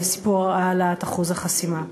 בסיפור העלאת אחוז החסימה.